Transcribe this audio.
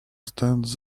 stands